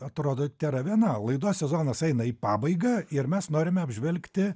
atrodo tėra viena laidos sezonas eina į pabaigą ir mes norime apžvelgti